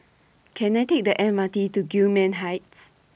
Can I Take The M R T to Gillman Heights